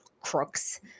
crooks